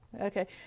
Okay